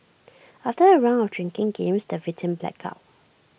after A round of drinking games the victim blacked out